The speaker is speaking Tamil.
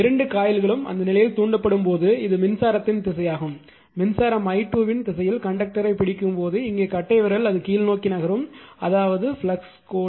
இரண்டு காயில்களும் அந்த நிலையில் தூண்டப்படும் போது இது மின்சாரத்தின் திசையாகும் மின்சாரம் i2 இன் திசையில் கண்டக்டரை பிடிக்கும் போது இங்கே கட்டைவிரல் அது கீழ்நோக்கி நகரும் அதாவது இது ஃப்ளக்ஸ் கோடு